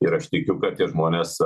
ir aš tikiu kad tie žmonės